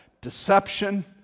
Deception